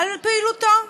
על פעילותו.